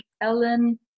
Ellen